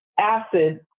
acid